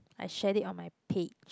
I shared it on my page